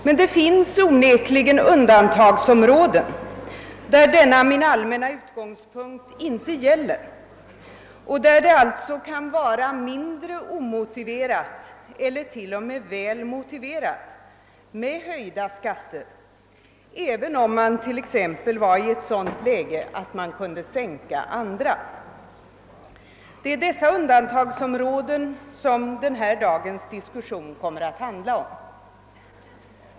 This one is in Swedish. Men det finns onekligen undantagsområden, där denna min allmänna inställning inte gäller och där det kan vara mindre omotiverat — eller t.o.m. väl motiverat — med höjda skatter, även om man vore i ett sådant läge att man kunde sänka andra skatter. Det är dessa undantagsområden som dagens diskussion kommer att handla om.